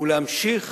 ולהמשיך